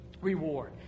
Reward